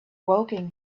woking